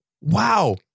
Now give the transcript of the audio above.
wow